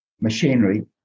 machinery